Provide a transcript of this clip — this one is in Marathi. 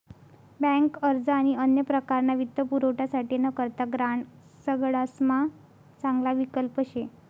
बँक अर्ज आणि अन्य प्रकारना वित्तपुरवठासाठे ना करता ग्रांड सगडासमा चांगला विकल्प शे